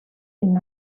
been